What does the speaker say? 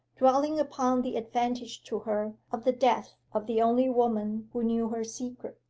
dwelling upon the advantage to her of the death of the only woman who knew her secret.